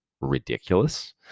ridiculous